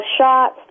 shots